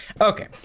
Okay